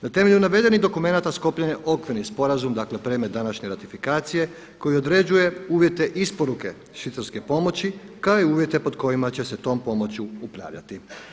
Na temelju navedenih dokumenta sklopljen je okvirni sporazum dakle predmet današnje ratifikacije koji određuje uvjete isporuke švicarske pomoći kao i uvjete pod kojima će se tom pomoću upravljati.